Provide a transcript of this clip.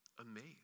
amazed